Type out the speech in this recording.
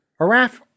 Araf